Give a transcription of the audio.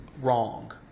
wrong